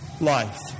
Life